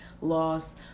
loss